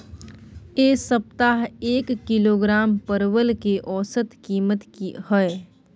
ऐ सप्ताह एक किलोग्राम परवल के औसत कीमत कि हय?